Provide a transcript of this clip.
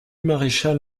maréchal